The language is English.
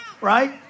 Right